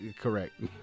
correct